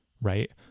right